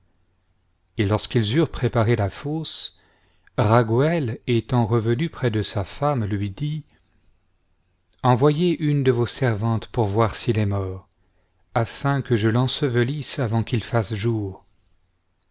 et lorsqu'ils eurent préparé la fosse raguël étant revenu près de sa femme lui dit envoyez une de vos servantes pour voir s'il est mort afin que je l'ensevelisse avant qu'il fasse jour